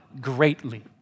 greatly